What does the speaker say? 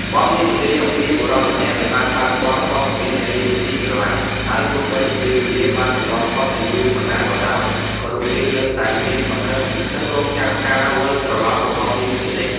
បទនេះនិយាយអំពីបុរសម្នាក់ដែលបានបាត់បង់វត្តមាននារីជាទីស្រឡាញ់ ហើយទោះបីជាពេលវេលាបានកន្លងផុតទៅយូរប៉ុណ្ណាក៏ដោយ ក៏រូបគេនៅតែមានសង្ឃឹម និងរង់ចាំការវិលត្រឡប់របស់នាងជានិច្ច។